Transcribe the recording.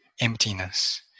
emptiness